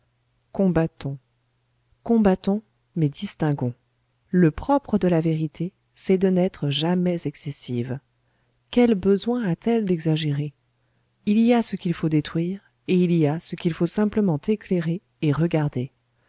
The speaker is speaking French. combattons combattons mais distinguons le propre de la vérité c'est de n'être jamais excessive quel besoin a-t-elle d'exagérer il y a ce qu'il faut détruire et il y a ce qu'il faut simplement éclairer et regarder